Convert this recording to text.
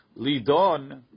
Lidon